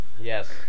yes